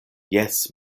jes